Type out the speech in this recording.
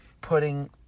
putting